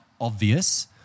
obvious